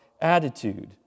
attitude